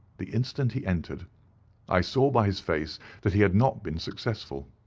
the instant he entered i saw by his face that he had not been successful.